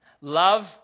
love